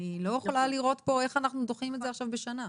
אני לא יכולה לראות פה איך אנחנו דוחים את זה עכשיו בשנה.